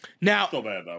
now